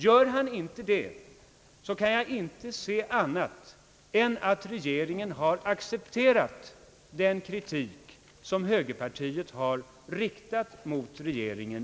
Gör han inte det, kan jag inte finna annat än att regeringen har accepterat den kritik som högerpartiet i dag har riktat mot regeringen.